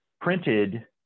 printed